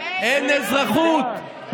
אין אזרחות,